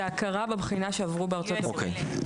זה הכרה בבחינה שהם עברו בארצות-הברית.